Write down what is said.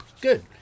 good